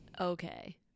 okay